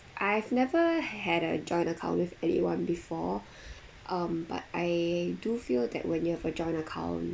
I've never had a joint account with anyone before um but I do feel that when you have a joint account